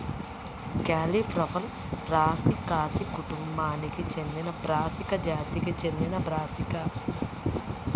cauliflower Brassicaceae కుటుంబానికి చెందినబ్రాసికా జాతికి చెందినబ్రాసికా